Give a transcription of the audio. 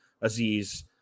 Aziz